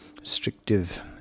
restrictive